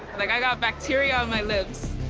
like i got bacteria on my lips.